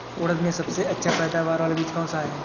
उड़द में सबसे अच्छा पैदावार वाला बीज कौन सा है?